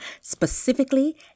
specifically